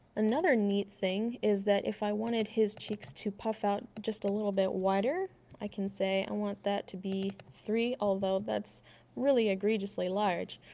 another neat thing is that if i wanted his cheeks too puff out just a little bit wider i can say i want that to be three although that's really egregiously large